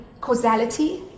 causality